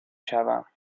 شوم